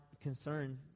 concern